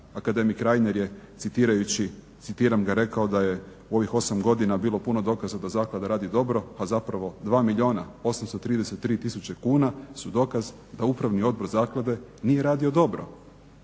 akademik Reiner je citirajući, citiram ga rekao da je u ovih 8 godina bilo puno dokaza da zaklada radi dobro, a zapravo 2 milijuna 833 tisuće kuna su dokaz da Upravni odbor zaklade nije radio dobro.